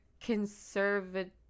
conservative